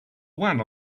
one